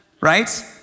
right